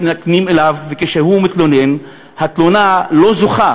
מתנכלים לו וכשהוא מתלונן התלונה לא זוכה